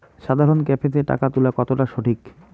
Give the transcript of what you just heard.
সাধারণ ক্যাফেতে টাকা তুলা কতটা সঠিক?